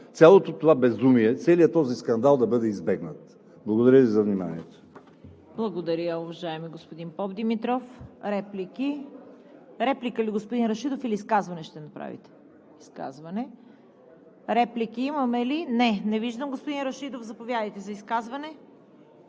цялото това безумие, целият този скандал да бъде избегнат? Благодаря Ви за вниманието.